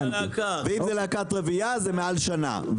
ואם זו להקת רבייה זה מעל שנה,